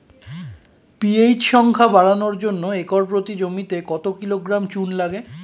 PH সংখ্যা বাড়ানোর জন্য একর প্রতি জমিতে কত কিলোগ্রাম চুন লাগে?